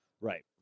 Right